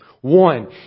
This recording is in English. One